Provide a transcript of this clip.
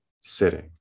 sitting